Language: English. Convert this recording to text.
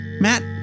Matt